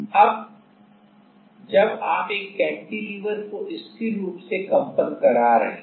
अब जब आप एक कैंटिलीवर को स्थिर रूप से कंपन करा रहे हैं